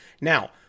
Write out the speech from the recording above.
Now